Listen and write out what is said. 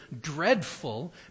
dreadful